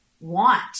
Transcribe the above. want